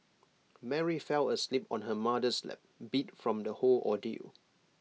Mary fell asleep on her mother's lap beat from the whole ordeal